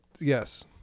yes